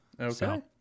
Okay